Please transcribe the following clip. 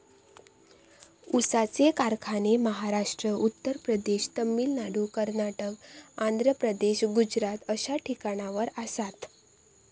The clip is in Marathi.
ऊसाचे कारखाने महाराष्ट्र, उत्तर प्रदेश, तामिळनाडू, कर्नाटक, आंध्र प्रदेश, गुजरात अश्या ठिकाणावर आसात